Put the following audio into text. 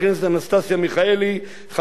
חבר הכנסת משה מוץ מטלון,